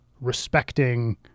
respecting